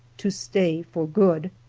to stay for good.